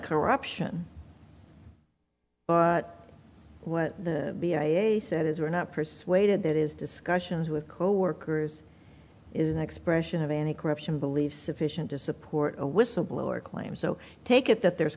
corruption but what the b i a e a said is we're not persuaded that is discussions with coworkers is an expression of any corruption believe sufficient to support a whistleblower claim so take it that there